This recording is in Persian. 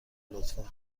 لطفا